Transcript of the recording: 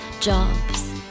jobs